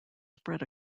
spread